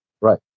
right